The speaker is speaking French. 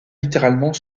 littéralement